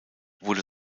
wurde